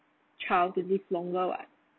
child to live longer [what]